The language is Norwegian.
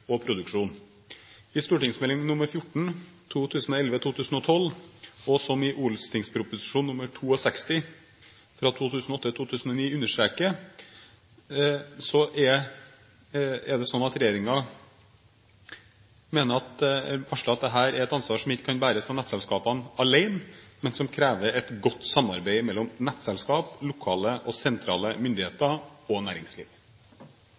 og produksjon. I Meld. St. 14 for 2011–2012 og i Ot.prp. nr. 62 for 2008–2009 understreker regjeringen at dette er et ansvar som ikke kan bæres av nettselskapene alene, men krever et godt samarbeid mellom nettselskap, lokale og sentrale myndigheter og næringsliv.